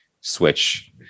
switch